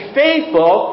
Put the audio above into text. faithful